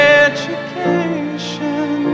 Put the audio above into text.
education